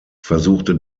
versuchte